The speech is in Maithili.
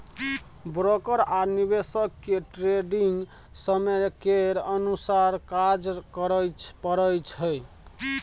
ब्रोकर आ निवेशक केँ ट्रेडिग समय केर अनुसार काज करय परय छै